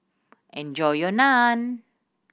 enjoy your Naan